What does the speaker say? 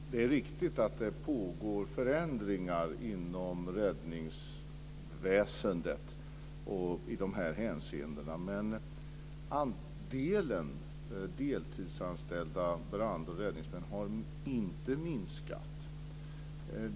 Fru talman! Det är riktigt att det pågår förändringar inom räddningsväsendet och i dessa hänseenden. Men andelen deltidsanställda brandmän har inte minskat.